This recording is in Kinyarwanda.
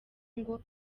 ngo